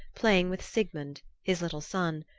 playing with sigmund, his little son,